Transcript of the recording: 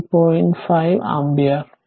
5 ampere